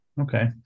Okay